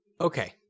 Okay